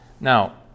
Now